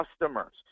customers